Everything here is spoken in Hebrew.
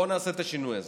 בואו נעשה את השינוי הזה.